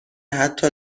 حتی